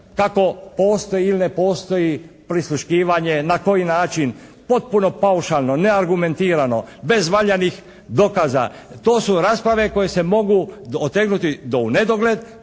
kako postoji ili ne postoji prisluškivanje, na koji način, potpuno paušalno, neargumentirano, bez valjanih dokaza. To su rasprave koje se mogu otegnuti do u nedogled